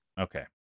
Okay